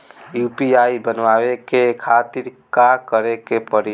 UPI बनावे के खातिर का करे के पड़ी?